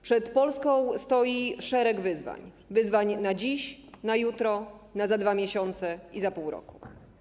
Przed Polską stoi szereg wyzwań, wyzwań na dziś, na jutro, za 2 miesiące i za pół roku.